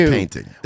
painting